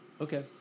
Okay